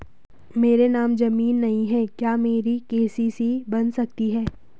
मेरे नाम ज़मीन नहीं है क्या मेरी के.सी.सी बन सकती है?